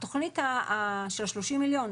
התכנית של שלושים המיליון,